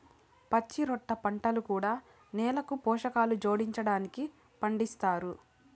పచ్చిరొట్ట పంటలు కూడా నేలకు పోషకాలు జోడించడానికి పండిస్తారు